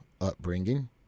upbringing